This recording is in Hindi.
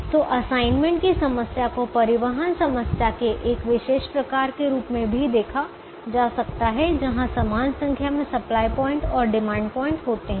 तो असाइनमेंट की समस्या को परिवहन समस्या के एक विशेष प्रकार के रूप में भी देखा जा सकता है जहां समान संख्या में सप्लाई प्वाइंट और डिमांड पॉइंट होते हैं